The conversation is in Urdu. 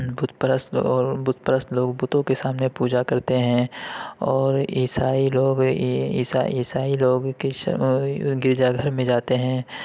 بت پرست لوگ بت پرست لوگ بتوں کے سامنے پوجا کرتے ہیں اور عیسائی لوگ عیسائی لوگ گرجا گھر میں جاتے ہیں